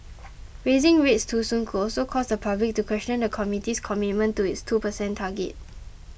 raising rates too soon could also cause the public to question the committee's commitment to its two percent target